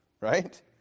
right